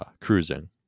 cruising